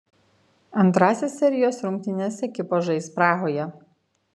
antrąsias serijos rungtynes ekipos žais prahoje